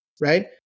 right